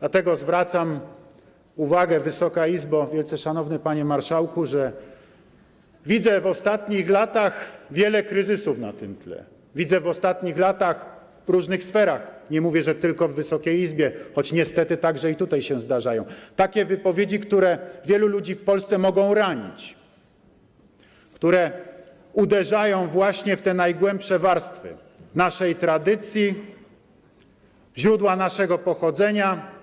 Dlatego zwracam uwagę, Wysoka Izbo, wielce szanowny Panie Marszałku, że widzę w ostatnich latach wiele kryzysów na tym tle, widzę w ostatnich latach w różnych sferach - nie mówię, że tylko w Wysokiej Izbie, choć niestety także tutaj się zdarzają - takie wypowiedzi, które wielu ludzi w Polsce mogą ranić, które uderzają właśnie w te najgłębsze warstwy naszej tradycji, źródła naszego pochodzenia,